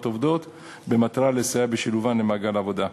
עובדות במטרה לסייע בשילובן במעגל העבודה.